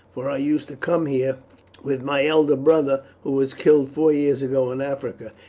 for i used to come here with my elder brother, who was killed four years ago in africa.